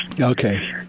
Okay